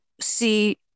see